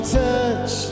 touch